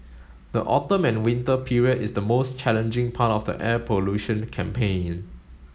the autumn and winter period is the most challenging part of the air pollution campaign